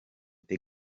the